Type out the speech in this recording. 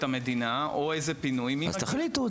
את המדינה או איזה פינוי -- אז תחליטו.